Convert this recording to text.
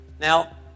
Now